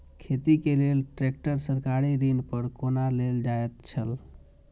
खेती के लेल ट्रेक्टर सरकारी ऋण पर कोना लेल जायत छल?